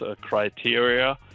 criteria